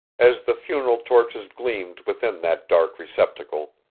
as the funeral torches gleamed within that dark receptacle,